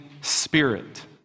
spirit